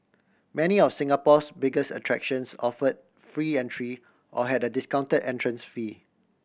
many of Singapore's biggest attractions offer free entry or had a discounted entrance fee